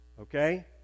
Okay